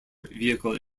vehicle